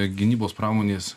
gynybos pramonės